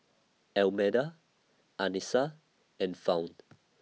Almeda Anissa and Fount